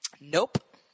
Nope